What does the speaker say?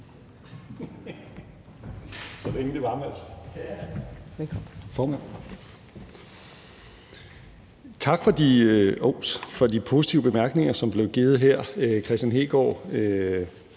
Tak, formand. Tak for de positive bemærkninger, som blev givet her. Hr. Kristian Hegaard